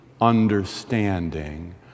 understanding